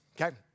okay